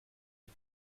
die